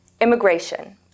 immigration